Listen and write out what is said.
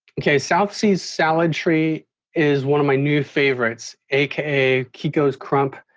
ok, south seas salad tree is one of my new favorites aka kiko's crump.